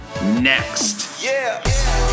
Next